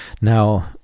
Now